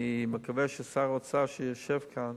אני מקווה ששר האוצר, שיושב כאן,